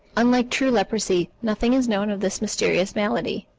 unlike true leprosy, nothing is known of this mysterious malady.